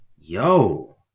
yo